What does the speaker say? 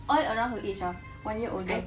all around her age ah one year older